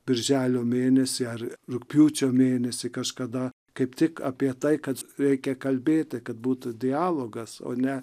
birželio mėnesį ar rugpjūčio mėnesį kažkada kaip tik apie tai kad reikia kalbėti kad būtų dialogas o ne